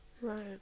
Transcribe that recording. Right